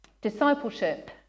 Discipleship